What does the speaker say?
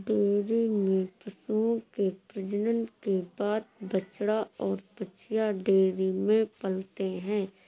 dairy में पशुओं के प्रजनन के बाद बछड़ा और बाछियाँ डेयरी में पलते हैं